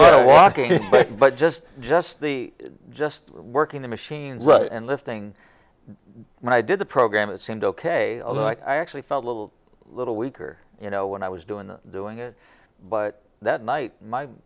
to walk in but just just the just working the machine and lifting when i did the program it seemed ok although i actually felt a little a little weaker you know when i was doing doing it but that night my